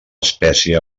espècie